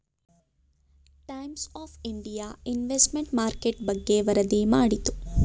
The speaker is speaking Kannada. times of India investment market ಬಗ್ಗೆ ವರದಿ ಮಾಡಿತು